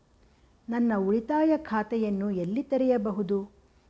ನಾನು ಉಳಿತಾಯ ಖಾತೆಯನ್ನು ಎಲ್ಲಿ ತೆರೆಯಬಹುದು?